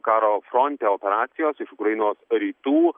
karo fronte operacijos iš ukrainos rytų